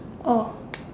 oh